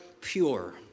pure